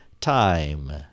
time